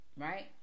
right